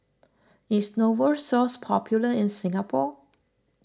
is Novosource popular in Singapore